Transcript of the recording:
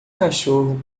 cachorro